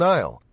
Nile